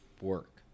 work